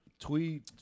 Tweet